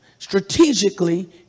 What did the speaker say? Strategically